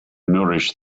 nourish